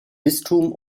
bistum